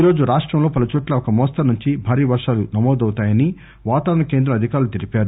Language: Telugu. ఈ రోజు రాష్టం లో పలుచోట్ల ఒక మోస్తరు నుంచి భారీ వర్షాలు నమోదవుతాయని వాతావరణ కేంద్రం అధికారులు తెలిపారు